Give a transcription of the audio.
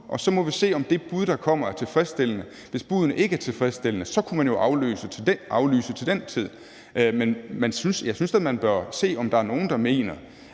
og så må vi se, om det bud, der kommer, er tilfredsstillende. Hvis buddene ikke er tilfredsstillende, kunne man jo aflyse til den tid. Men jeg synes da, man bør se, om der er nogen, der mener,